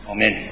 Amen